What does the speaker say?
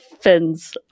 fins